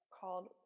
called